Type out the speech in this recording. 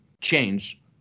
change